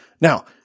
Now